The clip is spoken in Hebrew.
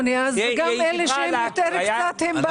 גם אלה שמרוויחים קצת יותר בקושי חיים.